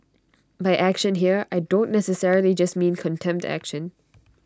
by action here I don't necessarily just mean contempt action